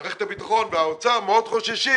מערכת הביטחון והאוצר מאוד חוששים